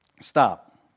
stop